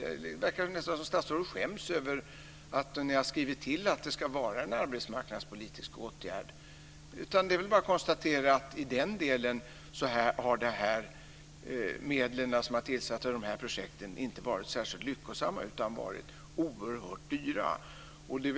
Det verkar nästan som om statsrådet skäms över att man har skrivit in att det ska vara en arbetsmarknadspolitisk åtgärd. Det är bara att konstatera att i den delen har de medel som tillsatts och de här projekten inte varit särskilt lyckosamma utan varit oerhört dyra.